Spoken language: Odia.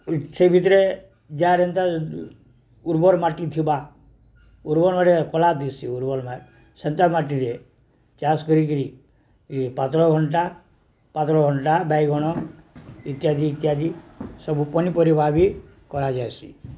ସେ ଭିତରେ ଯାହା ଯେନ୍ତା ଉର୍ବର ମାଟି ଥିବା ଉର୍ବର ମାଟିରେ କଲା ଦିଶୁଛି ଉର୍ବର ମା ସେନ୍ତା ମାଟିରେ ଚାଷ କରିକିରି ପାତର୍ଘଣ୍ଟା ପାତର୍ଘଣ୍ଟା ବାଇଗଣ ଇତ୍ୟାଦି ଇତ୍ୟାଦି ସବୁ ପନିପରିବା ବି କରାଯାଏସି